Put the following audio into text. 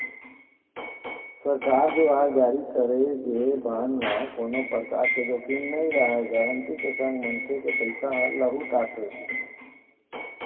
सरकार दुवार जारी करे गे बांड म कोनो परकार के जोखिम नइ रहय गांरटी के संग मनखे के पइसा ह लहूट आथे